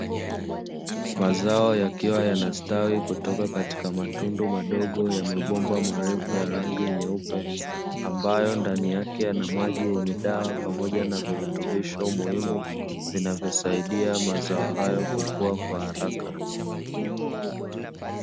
Mazao yakiwa yanastawi kutoka katika matundu madogo ya mabomba marefu ya rangi nyeupe; ambayo ndani yake yana maji yenye dawa pamoja na virutubisho muhimu, vinavyosaidia mazao hayo kukua kwa haraka.